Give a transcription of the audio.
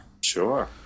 Sure